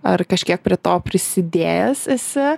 ar kažkiek prie to prisidėjęs esi